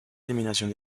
eliminación